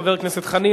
חבר הכנסת חנין.